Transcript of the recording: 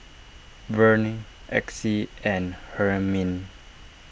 Verne Exie and Hermine